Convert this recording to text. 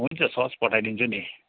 हुन्छ सस पठाइदिन्छु नि